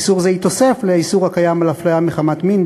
איסור זה יתווסף לאיסור הקיים על אפליה מחמת מין,